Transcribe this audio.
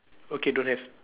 okay don't have